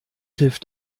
hilft